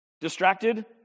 Distracted